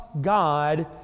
God